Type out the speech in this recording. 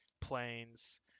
planes